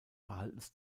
verhaltens